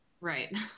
right